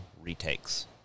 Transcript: retakes